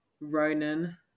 Ronan